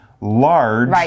large